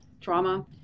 trauma